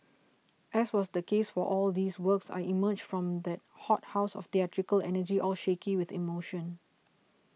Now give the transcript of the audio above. as was the case for all these works I emerged from that hothouse of theatrical energy all shaky with emotion